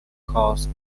cost